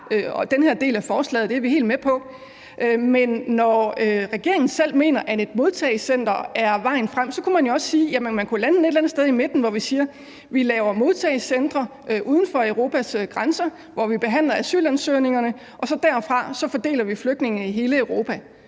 fra den her del af forslaget – det er vi helt med på. Men når regeringen selv mener, at et modtagecenter er vejen frem, kunne man jo også sige, at man kunne lande den et eller andet sted i midten, hvor vi siger: Vi laver modtagecentre uden for Europas grænser, hvor vi behandler asylansøgningerne, og derfra fordeler vi så flygtninge i hele Europa.